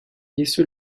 isso